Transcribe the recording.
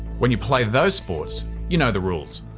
when you play those sports you know the rules.